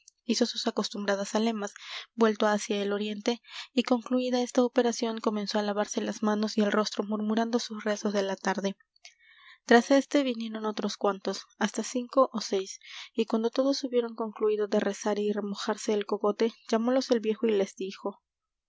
hizo sus acostumbradas zalemas vuelto hacia el oriente y concluída esta operación comenzó á lavarse las manos y el rostro murmurando sus rezos de la tarde tras éste vinieron otros cuantos hasta cinco ó seis y cuando todos hubieron concluído de rezar y remojarse el cogote llamólos el viejo y les dijo